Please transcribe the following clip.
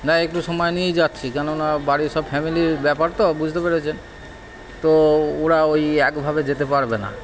না একটু সময় নিয়েই যাচ্ছি কেন না বাড়ির সব ফ্যামিলির ব্যাপার তো বুঝতে পেরেছেন তো ওরা ওই একভাবে যেতে পারবে না